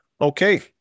Okay